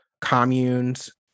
communes